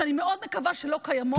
שאני מאוד מקווה שלא קיימות,